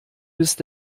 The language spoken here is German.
bist